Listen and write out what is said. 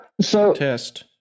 test